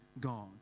God